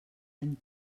any